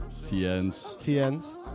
TNs